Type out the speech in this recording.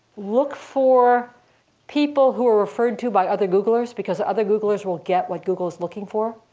look for people who are referred to by other googlers, because other googlers will get what google is looking for.